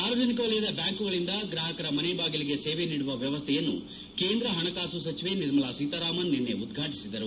ಸಾರ್ವಜನಿಕ ವಲಯದ ಬ್ಯಾಂಕುಗಳಿಂದ ಗ್ರಾಹಕರ ಮನೆ ಬಾಗಿಲಿಗೆ ಸೇವೆ ನೀಡುವ ವ್ಯವಸ್ಥೆಯನ್ನು ಕೇಂದ್ರ ಹಣಕಾಸು ಸಚಿವೆ ನಿರ್ಮಲಾ ಸೀತಾರಾಮನ್ ನಿನ್ನೆ ಉದ್ವಾಟಿಸಿದರು